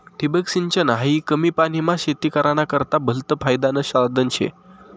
ठिबक सिंचन हायी कमी पानीमा शेती कराना करता भलतं फायदानं साधन शे